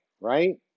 right